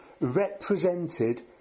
represented